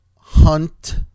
hunt